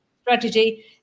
strategy